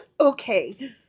Okay